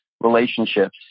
relationships